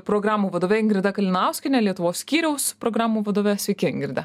programų vadove ingrida kalinauskiene lietuvos skyriaus programų vadove sveiki ingirda